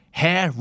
hair